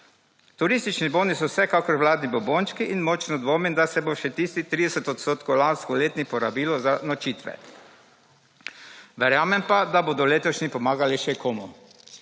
Turistični boni so vsekakor vladni bombončki in močno dvomim, da se bo še tistih 30 odstotkov lansko letni porabilo za nočitve. Verjamem pa, da bodo letošnji pomagali še komu.